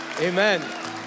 Amen